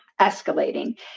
escalating